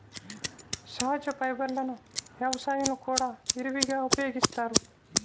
సహజ ఫైబర్లను వ్యవసాయంలో కూడా విరివిగా ఉపయోగిస్తారు